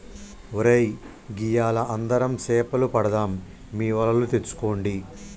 ఒరై గియ్యాల అందరం సేపలు పడదాం మీ వలలు తెచ్చుకోండి